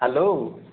hello